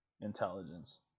intelligence